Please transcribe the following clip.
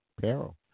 Peril